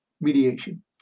mediation